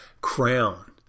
crown